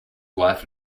wife